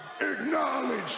Acknowledge